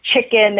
chicken